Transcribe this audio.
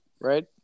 right